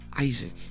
Isaac